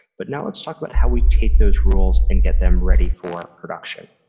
but now let's talk about how we take those rules and get them ready for production.